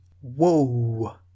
Whoa